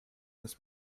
this